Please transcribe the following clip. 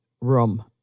room